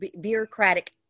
bureaucratic